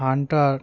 hunter